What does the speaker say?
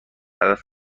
هدف